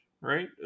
right